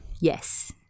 Yes